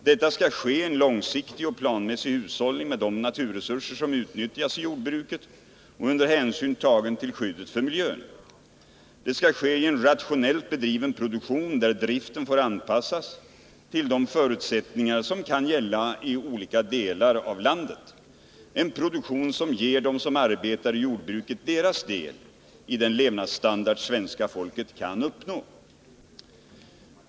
Detta skall ske i en långsiktig och planmässig hushållning med de naturresurser som utnyttjas i jordbruket och med hänsyn tagen till skyddet för miljön. Det skall ske i en rationellt bedriven produktion, där driften får anpassas till de förutsättningar som kan gälla i olika delar av landet, en produktion som ger dem som arbetar i jordbruket deras del i den levnadsstandard svenska folket kan uppnå.